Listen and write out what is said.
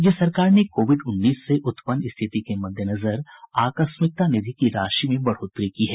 राज्य सरकार ने कोविड उन्नीस से उत्पन्न स्थिति के मददेनजर आकस्मिकता निधि की राशि में बढ़ोतरी की है